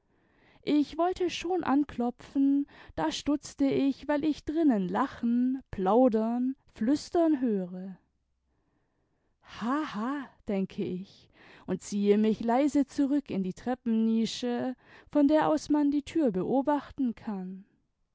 ich wollte schon anklopfen da stutzte ich weil ich drinnen lachen plaudern flüstern höre ha ha denke ich und ziehe mich leise zurück in die treppennische von der aus man die tür beobachten kann